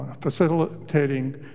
facilitating